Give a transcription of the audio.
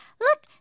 Look